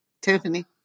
Tiffany